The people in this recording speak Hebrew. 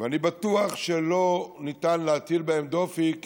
ואני בטוח שלא ניתן להטיל בהם דופי,